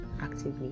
actively